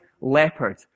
leopard